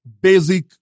basic